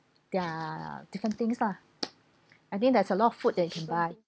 their different things lah I think there is a lot of food that you can buy